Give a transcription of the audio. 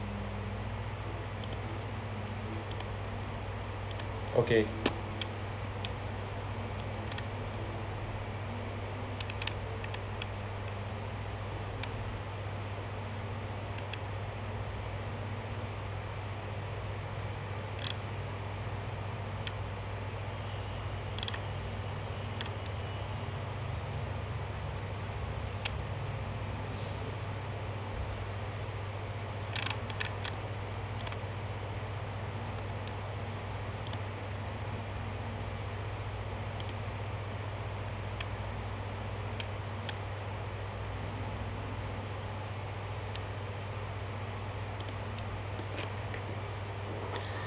okay